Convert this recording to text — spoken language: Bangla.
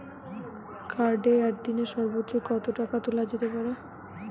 কার্ডে একদিনে সর্বোচ্চ কত টাকা তোলা যেতে পারে?